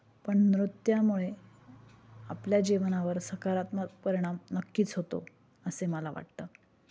पण नृत्यामुळे आपल्या जीवनावर सकारात्मक परिणाम नक्कीच होतो असे मला वाटतं